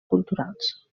culturals